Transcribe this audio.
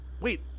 wait